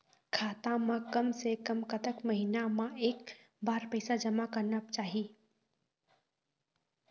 खाता मा कम से कम कतक महीना मा एक बार पैसा जमा करना चाही?